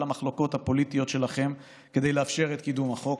המחלוקות הפוליטיות שלכם כדי לאפשר את קידום החוק